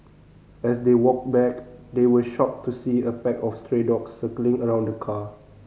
as they walked back they were shocked to see a pack of stray dogs circling around the car